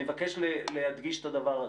אני מבקש להדגיש את הדבר הזה.